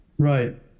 right